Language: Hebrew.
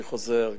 אני חוזר,